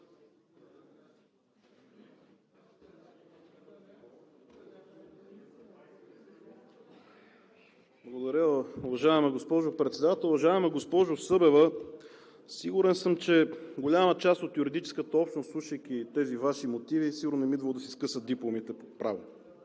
Благодаря, уважаема госпожо Председател. Уважаема госпожо Събева, сигурен съм, че на голяма част от юридическата общност, слушайки тези Ваши мотиви, сигурно им е идвало да си скъсат дипломите по право.